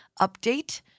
update